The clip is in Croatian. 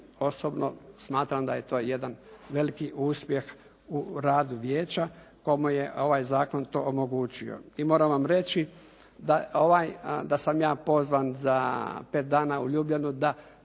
osobno smatram da je to jedan veliki uspjeh u radu vijeća komu je ovaj zakon to omogućio i moram vam reći da sam ja pozvan za 5 dana u Ljubljanu da